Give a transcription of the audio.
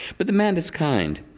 but the man is kind,